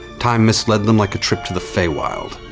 time misled them like a trip to the feywild.